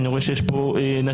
אני רואה שיש פה נציג,